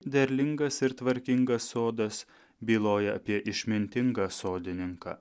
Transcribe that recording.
derlingas ir tvarkingas sodas byloja apie išmintingą sodininką